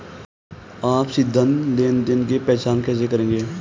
आप संदिग्ध लेनदेन की पहचान कैसे करेंगे?